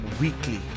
weekly